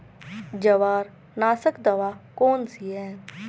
जवार नाशक दवा कौन सी है?